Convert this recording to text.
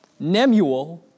Nemuel